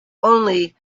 only